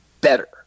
better